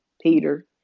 Peter